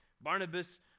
Barnabas